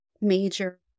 major